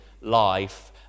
life